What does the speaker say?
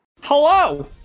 Hello